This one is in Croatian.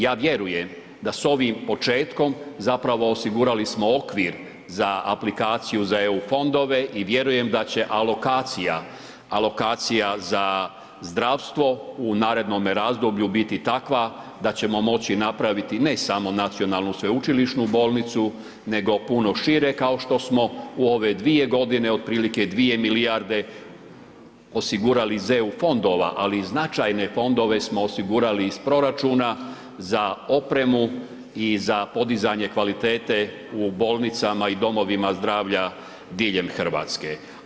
Ja vjerujem da s ovim početkom zapravo osigurali smo okvir za aplikaciju za EU fondove i vjerujem da će alokacija, alokacija za zdravstvo u narednome razdoblju biti takva da ćemo moći napraviti ne samo Nacionalnu sveučilišnu bolnicu, nego puno šire, kao što smo u ove dvije godine, otprilike dvije milijarde osigurali iz EU fondova, ali i značajne fondove smo osigurali iz proračuna za opremu i za podizanje kvalitete u bolnicama i Domovima zdravlja diljem RH.